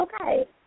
okay